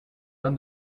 down